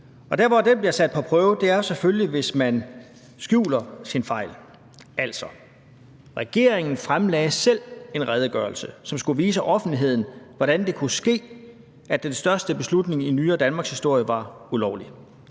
Der, hvor det bliver sat på prøve, er jo selvfølgelig, hvis man skjuler sine fejl. Altså, regeringen fremlagde selv en redegørelse, som skulle vise offentligheden, hvordan det kunne ske, at den største beslutning i nyere danmarkshistorie var ulovlig.